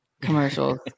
commercials